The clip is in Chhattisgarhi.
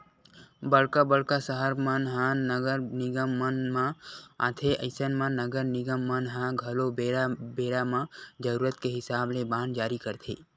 बड़का बड़का सहर मन ह नगर निगम मन म आथे अइसन म नगर निगम मन ह घलो बेरा बेरा म जरुरत के हिसाब ले बांड जारी करथे